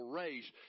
race